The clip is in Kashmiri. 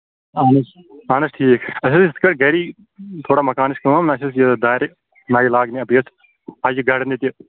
اَہَن حظ اَہَن حظ ٹھیٖک اَسہِ ٲسۍ یِتھٕ پٲٹھۍ گرِی تھوڑا مکانٕچ کٲم نا اَسہِ ٲسۍ دارِ نَیہِ لاگنہِ بیٚیہِ ٲسۍ اجہِ گرنہِ تہِ